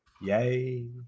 Yay